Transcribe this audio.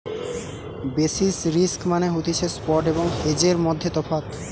basis risk মানে হতিছে spot এবং হেজের মধ্যে তফাৎ